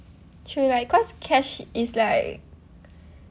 true like cause cash is like